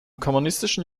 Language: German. kommunistischen